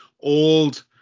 old